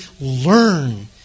learn